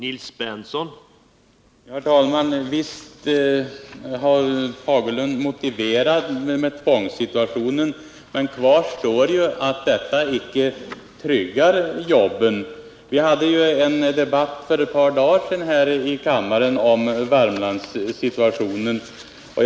Herr talman! Bengt Fagerlund har motiverat sitt ställningstagande med den tvångssituation som har uppstått, men kvar står att den föreslagna åtgärden icke tryggar jobben. För ett par dagar sedan förde vi här i kammaren en debatt om situationen i Värmland.